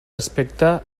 aspecte